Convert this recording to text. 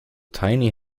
tiny